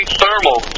thermal